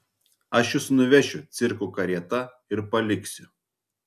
aš jus nuvešiu cirko karieta ir paliksiu